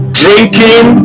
drinking